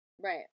right